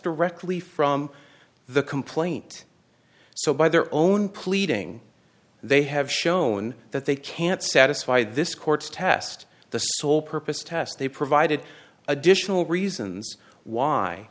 directly from the complaint so by their own pleading they have shown that they can't satisfy this court's test the sole purpose test they provided additional reasons